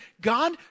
God